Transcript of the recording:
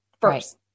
first